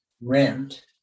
rent